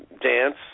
dance